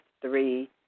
three